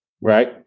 right